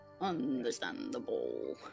understandable